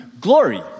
glory